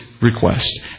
request